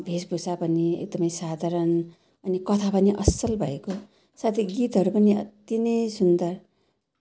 भवेशभूषा पनि एकदमै साधारण अनि कथा पनि असल भएको साथै गीतहरू पनि अति नै सुन्दर